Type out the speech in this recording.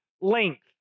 length